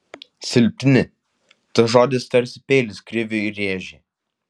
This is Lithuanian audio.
silpni tas žodis tarsi peilis kriviui rėžė